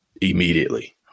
immediately